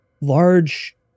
large